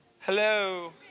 hello